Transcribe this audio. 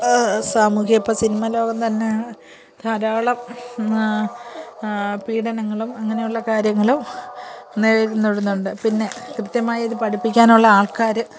സാമൂഹിക ഇപ്പോൾ സിൻമാലോകംതന്നെ ധാരാളം പീഡനങ്ങളും അങ്ങനെയുള്ള കാര്യങ്ങളും നേരിടുന്നുണ്ട് പിന്നെ കൃത്യമായി ഇത് പഠിപ്പിക്കാനുള്ള ആൾക്കാർ